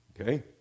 Okay